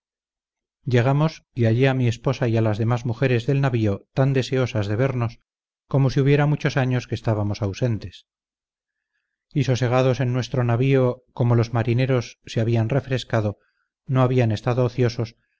llegamos y hallé a mi esposa y a las demás mujeres del navío tan deseosas de vernos como si hubiera muchos años que estábamos ausentes y sosegados en nuestro navío como los marineros se habían refrescado no habían estado ociosos